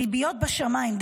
ריביות בשמיים.